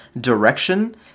direction